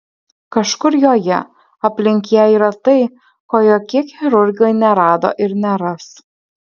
kažkur joje aplink ją yra tai ko jokie chirurgai nerado ir neras